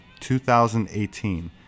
2018